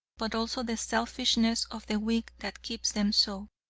but also the selfishness of the weak that keeps them so.